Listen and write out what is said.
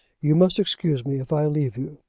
you must excuse me if i leave you.